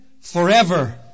forever